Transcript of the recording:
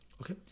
okay